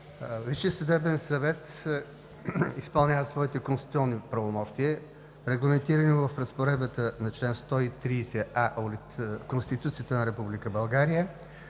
Висшият съдебен съвет изпълнява своите конституционни правомощия, регламентирани в разпоредбата на чл. 130а от Конституцията на Република България,